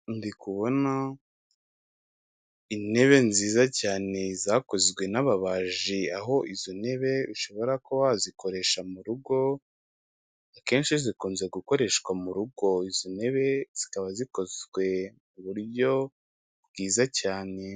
Ndikubona intebe nziza cyane zakozwe n'ababaji aho izo ntebe ushobora kuba wazikoresha mu rugo akenshi zikunze gukoreshwa mu rugo izi ntebe zikaba zikozwe mu buryo bwiza cyane.